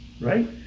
right